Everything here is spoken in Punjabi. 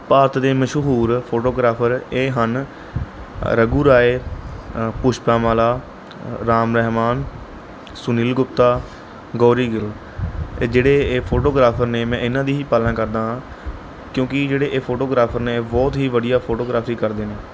ਭਾਰਤ ਦੇ ਮਸ਼ਹੂਰ ਫੋਟੋਗ੍ਰਾਫਰ ਇਹ ਹਨ ਰਘੂ ਰਾਏ ਅ ਪੁਸ਼ਕਾਂ ਵਾਲਾ ਰਾਮ ਰਹਿਮਾਨ ਸੁਨੀਲ ਗੁਪਤਾ ਗੋਰੀ ਗਿੱਲ ਇਹ ਜਿਹੜੇ ਇਹ ਫੋਟੋਗ੍ਰਾਫਰ ਨੇ ਮੈਂ ਇਹਨਾਂ ਦੀ ਹੀ ਪਾਲਣਾ ਕਰਦਾ ਹਾਂ ਕਿਉਂਕਿ ਜਿਹੜੇ ਇਹ ਫੋਟੋਗ੍ਰਾਫਰ ਨੇ ਬਹੁਤ ਹੀ ਵਧੀਆ ਫੋਟੋਗ੍ਰਾਫੀ ਕਰਦੇ ਨੇ